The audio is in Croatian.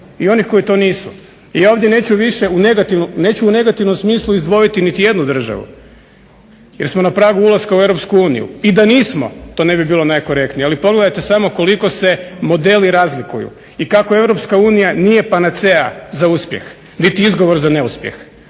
I ovdje više neću u negativnom smislu izdvojiti niti jednu državu jer smo na pragu ulaska u EU. I da nismo to ne bi bilo najkorektnije. Ali pogledajte koliko se modeli razlikuju i kako EU nije panacea za uspjeh, biti izgovor za neuspjeh.